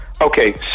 Okay